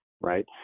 right